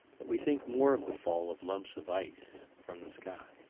but we think more of the fall of lumps of ice from the sky,